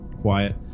quiet